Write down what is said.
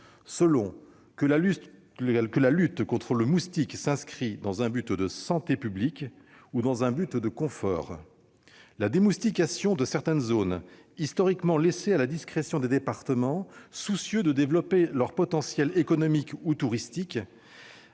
selon que la lutte contre le moustique vise la santé publique ou le confort. La démoustication de certaines zones, historiquement laissée à la discrétion des départements soucieux de développer leur potentiel économique ou touristique,